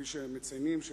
כפי שמציינים,